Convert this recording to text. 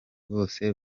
bose